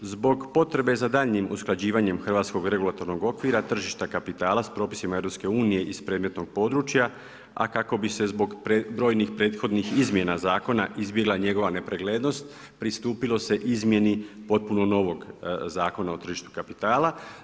Zbog potrebe za daljnjim usklađivanjem hrvatskog regulatornog okvira tržišta kapitala s propisima EU iz predmetnog područja, a kako bi se zbog brojnih prethodnih izmjena zakona izbjegla njegova nepreglednost, pristupilo se izmjeni potpuno novog zakona o tržištu kapitala.